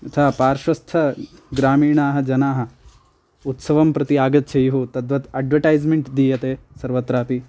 यथा पार्श्वस्थग्रामीणाः जनाः उत्सवं प्रति आगच्छेयुः तद्वत् अड्वटैस्मेण्ट् दीयते सर्वत्रापि